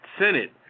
Senate